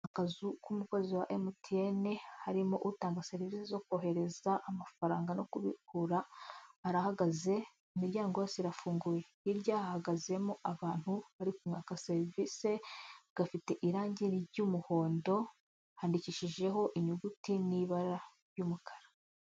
Akazu k'umukozi wa Emutiyeni harimo utanga serivise zo kohereza amafaranga no kubigura arahagaze imiryango yose irafunguye, hirya hahagazemo abantu bari kumwaka serivise, gafite irange ry'umuhondo, handikishijeho inyuguti n'ibara ry'umukara.